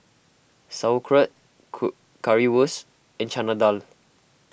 Sauerkraut Currywurst and Chana Dal